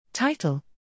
Title